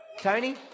Tony